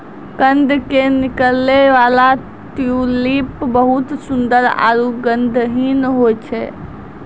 कंद के निकलै वाला ट्यूलिप बहुत सुंदर आरो गंधहीन होय छै